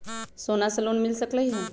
सोना से लोन मिल सकलई ह?